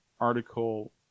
article